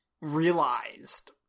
realized